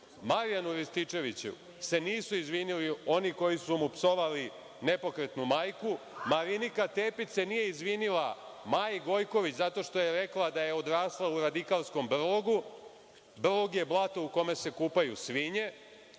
Marjanu Rističeviću se nisu izvinuli oni koji su mu psovali nepokretnu majku. Marinika Tepić se nije izvinila Maji Gojković zato što je rekla da je odrasla u radikalskom brlogu. Brlog je blato u kome se kupaju svinje.